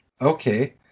Okay